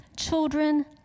children